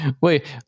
wait